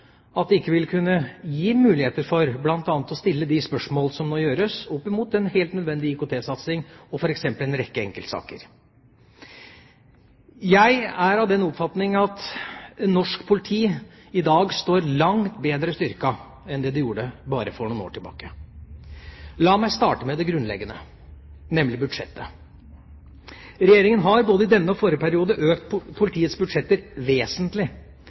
at det ikke vil kunne gi muligheter for bl.a. å stille de spørsmål som må gjøres, opp mot en helt nødvendig IKT-satsing og f.eks. en rekke enkeltsaker. Jeg er av den oppfatning at norsk politi i dag står langt bedre styrket enn det de gjorde bare for noen år tilbake. La meg starte med det grunnleggende, nemlig budsjettet. Regjeringa har både i denne perioden og i forrige økt politiets budsjetter vesentlig.